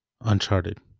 Uncharted